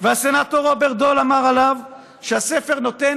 והסנטור רוברט דול אמר עליו שהספר נותן